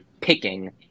picking